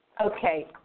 Okay